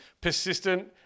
persistent